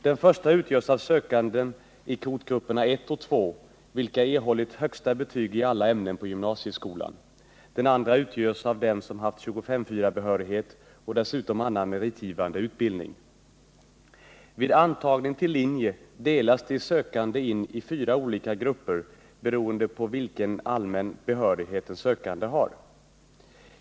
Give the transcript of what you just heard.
Den första utgörs av sökande i kvotgrupperna I och II, vilka erhållit högsta betygspoäng i alla ämnen på gymnasieskolan. Den andra utgörs av dem som har 25:4-behörighet och dessutom annan meritgivande utbildning. Vid antagning till linje delas de sökande in i fyra olika grupper beroende på vilken allmän behörighet de har.